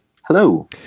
Hello